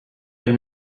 elle